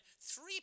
three